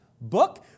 book